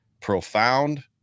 profound